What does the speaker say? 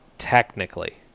technically